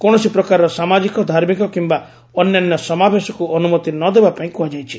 କୌଣସି ପ୍ରକାରର ସାମାଜିକ ଧାର୍ମିକ କିମ୍ବା ଅନ୍ୟାନ୍ୟ ସମାବେଶକୁ ଅନୁମତି ନ ଦେବା ପାଇଁ କୁହାଯାଇଛି